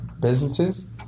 businesses